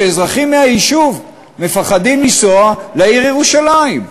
שאזרחים מן היישוב מפחדים לנסוע לעיר ירושלים,